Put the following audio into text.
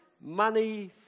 money